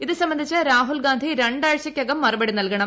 ഇത് സംബന്ധിച്ച് രാഹുൽഗാന്ധി രണ്ടാഴ്ചയ്ക്കകം മറുപടി നൽകണം